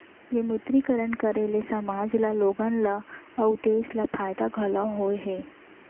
विमुद्रीकरन करे ले समाज ल लोगन ल अउ देस ल फायदा घलौ होय हे